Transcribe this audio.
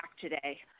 today